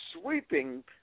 sweeping